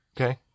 okay